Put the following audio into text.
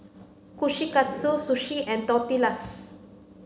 Kushikatsu Sushi and Tortillas